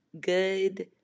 good